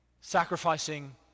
sacrificing